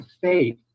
faith